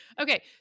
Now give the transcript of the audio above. Okay